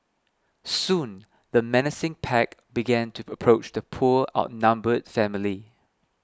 soon the menacing pack began to approach the poor outnumbered family